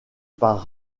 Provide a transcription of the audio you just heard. par